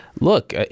look